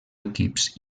equips